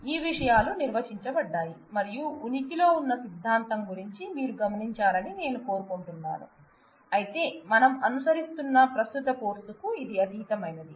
ఈ విషయాలు నిర్వచించబడ్డాయి మరియు ఉనికిలో ఉన్న సిద్దాంతం గురించి మీరు గమనించాలని నేను కోరుకుంటున్నాను అయితే మనం అనుసరిస్తున్న ప్రస్తుత కోర్సుకు ఇది అతీతమైనది